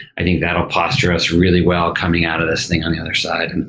i think that'll posture us really well coming out of this thing on the other side. and